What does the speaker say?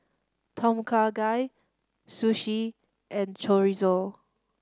Tom Kha Gai Sushi and Chorizo